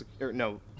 no